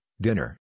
dinner